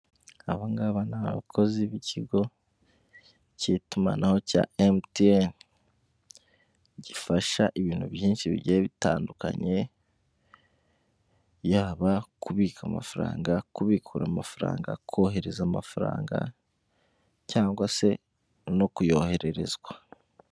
Abongabo ni abakozi b'ikigo cy'itumanaho cya emutiyeni, gifasha ibintu byinshi bigiye bitandukanye, yaba kubika amafaranga kubikura amafaranga kohereza amafaranga cyangwa se no kuyoherereza.